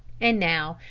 and now,